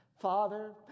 Father